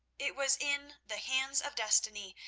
it was in the hands of destiny,